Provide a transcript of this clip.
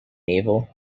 naval